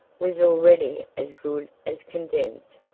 was already as good as condemned,